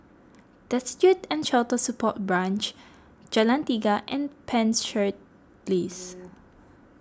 Destitute and Shelter Support Branch Jalan Tiga and Penshurst Place